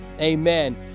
Amen